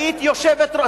היית יושבת-ראש,